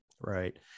Right